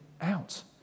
out